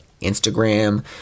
Instagram